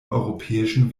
europäischen